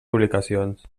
publicacions